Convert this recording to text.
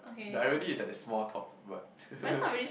the irony is that is small talk but